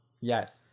Yes